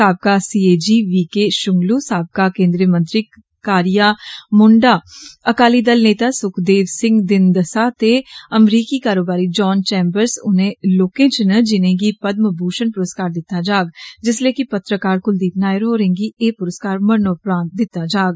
साबका C A G V K Shunglu साबका केन्द्रीय मंत्री कारीया मुणडा अकाली दल नेता सखदेव सिंह दिनदसा ते अमरीकी कारोबारी जान चैम्बर्ज उने लोके च न जिने गी पदम भूशण पुरस्कार दिता जाग जिस्सले कि पत्रकार कुलदीप नायर होरें गी एह् पुरस्कार मरणोपरांत दिता जाग